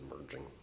emerging